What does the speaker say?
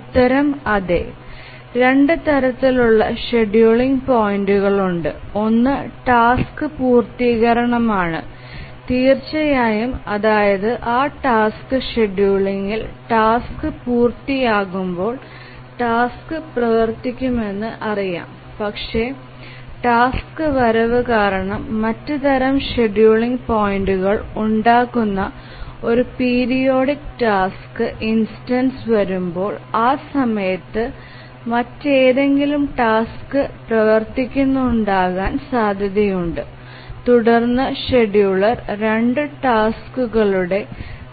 ഉത്തരം അതെ രണ്ട് തരത്തിലുള്ള ഷെഡ്യൂളിംഗ് പോയിൻറുകൾ ഉണ്ട് ഒന്ന് ടാസ്ക് പൂർത്തികരണം ആണ് തീർച്ചയായും അതായത് ആ ടാസ്ക് ഷെഡ്യൂളിംഗിൽ ടാസ്ക് പൂർത്തിയാക്കുമ്പോൾ ടാസ്ക് പ്രവർത്തിക്കുമെന്ന് അറിയാം പക്ഷേ ടാസ്ക് വരവ് കാരണം മറ്റ് തരം ഷെഡ്യൂളിംഗ് പോയിൻറുകൾ ഉണ്ടാകുന്നു ഒരു പീരിയോഡിക് ടാസ്ക് ഇൻസ്റ്റൻസ് വരുമ്പോൾ ആ സമയത്ത് മറ്റേതെങ്കിലും ടാസ്ക് പ്രവർത്തിക്കുന്നുണ്ടാകാൻ സാധ്യതയുണ്ട് തുടർന്ന് ഷെഡ്യൂളർ 2 ടാസ്ക്കുകളുടെ